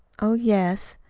oh, yes.